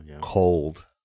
cold